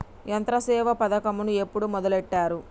యంత్రసేవ పథకమును ఎప్పుడు మొదలెట్టారు?